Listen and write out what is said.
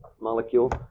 molecule